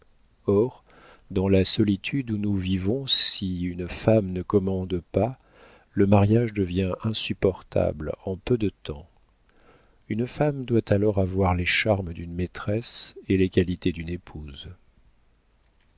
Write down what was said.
or dans la solitude où nous vivons si une femme ne commande pas le mariage devient insupportable en peu de temps une femme doit alors avoir les charmes d'une maîtresse et les qualités d'une épouse